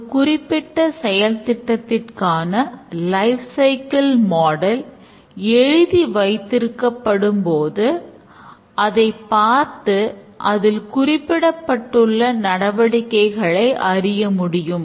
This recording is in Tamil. ஒரு குறிப்பிட்ட செயல் திட்டத்திற்கான லைப் சைக்கிள் மாடல் எழுதி வைத்திருக்கபடும்போது அதைப் பார்த்து அதில் குறிப்பிடப்பட்டுள்ள நடவடிக்கைகளை அறிய முடியும்